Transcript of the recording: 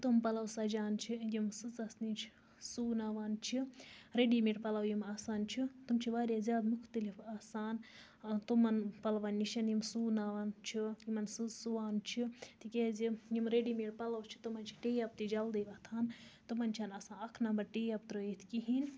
تِم پَلَو سَجان چھِ یِم سٕژَس نِش سُوناوان چھِ ریڈی میڈ پَلو یِم آسان چھِ تِم چھِ واریاہ زیادٕ مُختٔلِف آسان تِمَن پَلوَن نِش یِم سُوناوان چھِ یِمن سٕژ سُوان چھُ تِکیازِ یم ریڈی میڈ پَلَو چھِ تِمَن چھِ ٹیب تہِ جَلددی وۄتھان تِمَن چھےٚ نہٕ آسان اکھ نَمبر ٹیب ترٲوِتھ کِہیٖنۍ